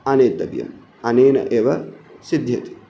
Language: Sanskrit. आनेतव्यम् अनेन एव सिद्ध्यति